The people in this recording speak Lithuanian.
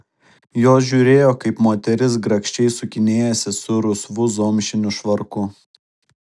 jos žiūrėjo kaip moteris grakščiai sukinėjasi su rusvu zomšiniu švarku